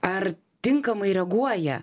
ar tinkamai reaguoja